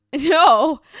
no